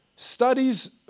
Studies